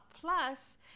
Plus